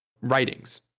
writings